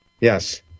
Yes